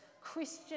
Christian